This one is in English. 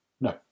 No